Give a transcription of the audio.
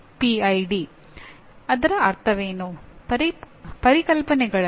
ಈ ನಡವಳಿಕೆಯ ಪದಗಳು ಯಾವುವು